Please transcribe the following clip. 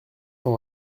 cent